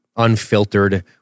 unfiltered